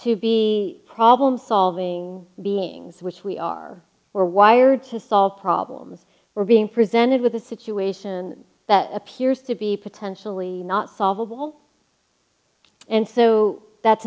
to be problem solving beings which we are we're wired to solve problems we're being presented with a situation that appears to be potentially not solvable and so that's